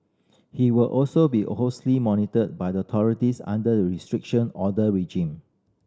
he will also be a monitored by the authorities under the Restriction Order regime